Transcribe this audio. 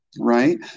Right